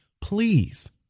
please